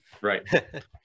Right